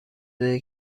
ریزی